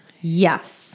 Yes